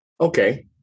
Okay